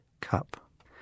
cup